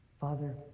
Father